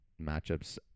matchups